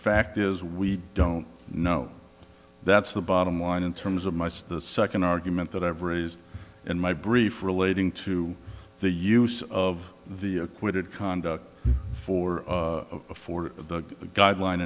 fact is we don't know that's the bottom line in terms of mice the second argument that i've raised in my brief relating to the use of the acquitted conduct for a for the guideline